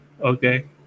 Okay